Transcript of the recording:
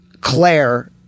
Claire